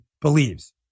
believes